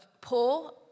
poor